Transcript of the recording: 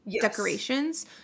decorations